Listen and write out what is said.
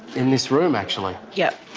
in this room, actually. yeah. i